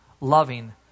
loving